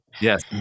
Yes